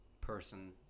person